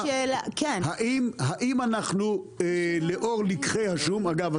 אם לאור לקחי השום אגב,